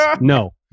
No